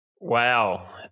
Wow